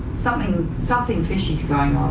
something. something fishy is going on.